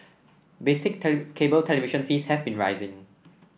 basic cable television fees have been rising